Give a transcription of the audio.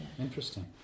Interesting